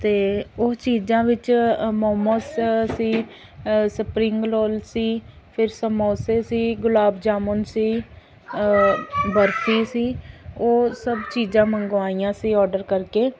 ਅਤੇ ਉਹ ਚੀਜ਼ਾਂ ਵਿੱਚ ਮੋਮੋਸ ਸੀ ਸਪਰਿੰਗ ਰੋਲ ਸੀ ਫਿਰ ਸਮੋਸੇ ਸੀ ਗੁਲਾਬ ਜਾਮੁਨ ਸੀ ਬਰਫੀ ਸੀ ਉਹ ਸਭ ਚੀਜ਼ਾਂ ਮੰਗਵਾਈਆਂ ਸੀ ਆਰਡਰ ਕਰਕੇ